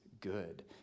good